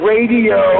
Radio